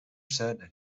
said